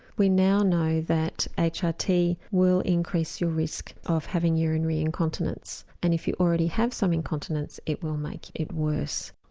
we now know that hrt will increase your risk of having urinary incontinence and if you already have some incontinence it will make it worse.